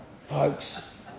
folks